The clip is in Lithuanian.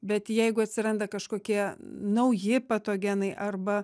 bet jeigu atsiranda kažkokie nauji patogenai arba